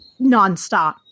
nonstop